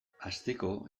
hasteko